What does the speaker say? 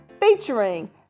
featuring